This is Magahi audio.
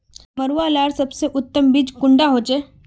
मरुआ लार सबसे उत्तम बीज कुंडा होचए?